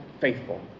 faithful